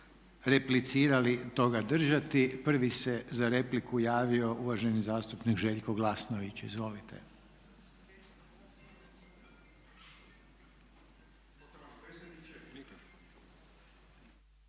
replicirali toga držati. Prvi se za repliku javio uvaženi zastupnik Željko Glasnović. Izvolite.